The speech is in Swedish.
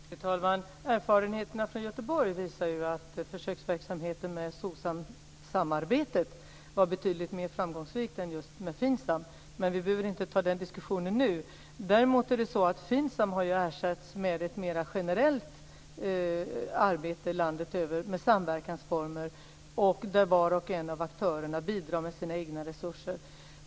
Fru talman! Erfarenheterna från Göteborg visar att försöksverksamheten med SOCSAM-samarbetet var betydligt mer framgångsrikt än försöksverksamheten med FINSAM. Men den diskussionen behöver vi inte ta nu. Däremot är det så att FINSAM har ersatts med ett mer generellt arbete med samverkansformer landet över där var och en av aktörerna bidrar med sina egna resurser.